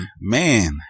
man